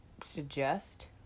suggest